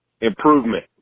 improvement